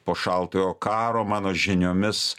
po šaltojo karo mano žiniomis